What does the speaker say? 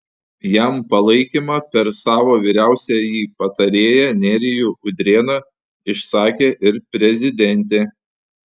jam palaikymą per savo vyriausiąjį patarėją nerijų udrėną išsakė ir prezidentė